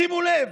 שימו לב,